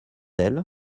elle